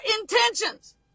intentions